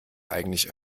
eigentlich